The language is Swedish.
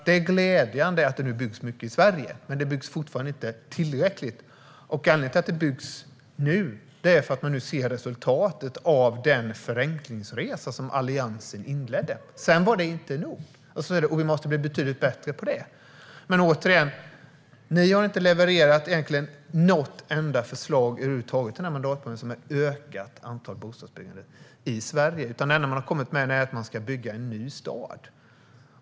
Det är glädjande att det nu byggs mycket i Sverige, men det byggs fortfarande inte tillräckligt. Att det byggs nu är resultatet av den förenklingsresa som Alliansen inledde. Sedan var det inte nog, och vi måste bli betydligt bättre, men ni har inte levererat något enda förslag över huvud taget under den här mandatperioden som har ökat antalet bostäder som byggs i Sverige. Det enda man har kommit med är att man ska bygga en ny stad.